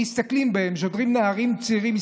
נערים צעירים,